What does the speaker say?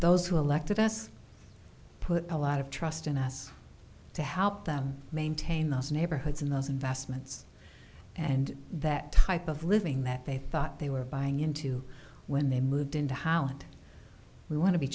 those who elected us put a lot of trust in us to help them maintain those neighborhoods and those investments and that type of living that they thought they were buying into when they moved into holland we want to be